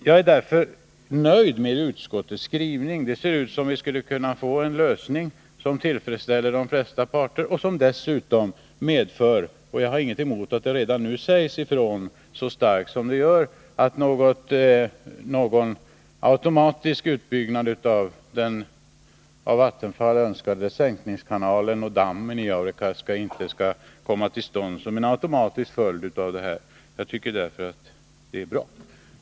Jag är därför nöjd med utskottets skrivning. Det ser ut som om vi skulle kunna få en lösning som tillfredsställer de flesta parter och som dessutom medför — och jag har ingenting emot att man redan nu så starkt påpekar detta — att det inte skall komma till stånd någon utbyggnad av den av Vattenfall önskade sänkningen av kanalen och dammen i Jaurekaska som en automatisk följd av detta. Jag tycker att det är bra.